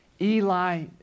Eli